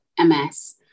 MS